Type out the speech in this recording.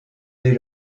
dès